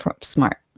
Smart